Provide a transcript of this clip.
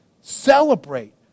celebrate